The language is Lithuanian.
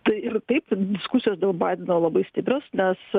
tai ir taip diskusijos dėl baideno labai stiprios nes